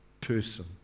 person